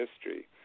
history